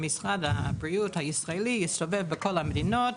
שמשרד הבריאות הישראלי יסתובב בכל המדינות,